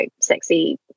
sexy